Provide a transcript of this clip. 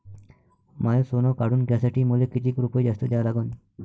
माय सोनं काढून घ्यासाठी मले कितीक रुपये जास्त द्या लागन?